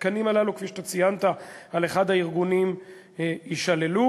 התקנים הללו, כפי שציינת על אחד הארגונים, יישללו.